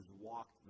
walked